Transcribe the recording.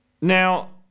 now